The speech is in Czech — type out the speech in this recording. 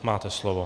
Máte slovo.